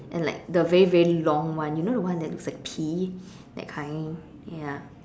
and like the very very long one you know the one that looks like pee that kind ya